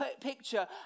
picture